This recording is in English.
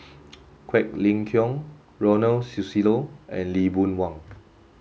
Quek Ling Kiong Ronald Susilo and Lee Boon Wang